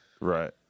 Right